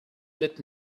let